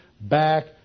back